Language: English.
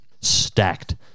stacked